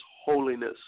holiness